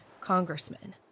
congressman